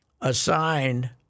assigned